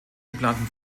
geplanten